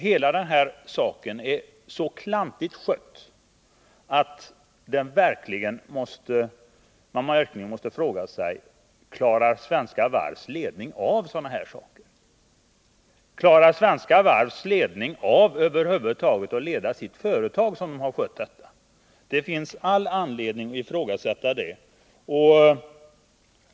Hela denna sak är så klantigt skött att man verkligen måste fråga sig: Klarar Svenska Varvs ledning av sådana här saker. Klarar Svenska Varvs ledning över huvud taget av att leda sitt företag — med tanke på hur den har 'skött denna fråga? Det finns all anledning att ifrågasätta det.